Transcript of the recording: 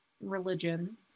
religion